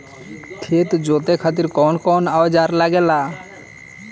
खेत जोते खातीर कउन कउन औजार लागेला?